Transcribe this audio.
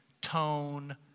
tone